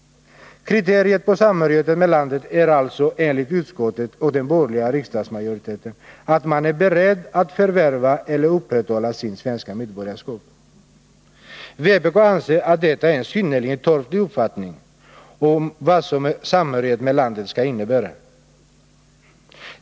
Kriteriet på samhörighet med landet är alltså enligt utskottet och den borgerliga riksdagsmajoriteten att man är beredd att förvärva eller upprätthålla sitt svenska medborgarskap. Vpk anser att detta är en synnerligen torftig uppfattning om vad samhörighet med landet skall innebära.